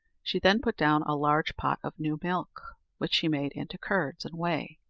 she then put down a large pot of new milk, which she made into curds and whey.